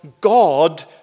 God